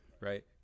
right